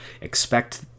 Expect